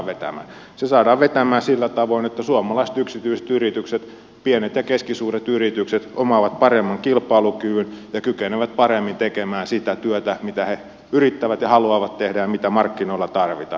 se saadaan vetämään sillä tavoin että suomalaiset yksityiset yritykset pienet ja keskisuuret yritykset omaavat paremman kilpailukyvyn ja kykenevät paremmin tekemään sitä työtä mitä he yrittävät ja haluavat tehdä ja mitä markkinoilla tarvitaan